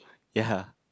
ya